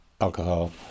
alcohol